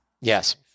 Yes